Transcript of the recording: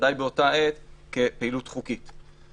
בוודאי באותה עת כפעילות חוקית.